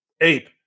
ape